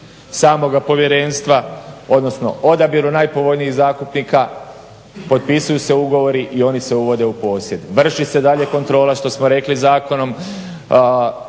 samoga povjerenstva odnosno odabiru najpovoljnijih zakupnika potpisuju se ugovori i oni se uvode u posjed. Vrši se daljnje kontrola što smo rekli zakonom